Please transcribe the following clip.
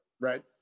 Right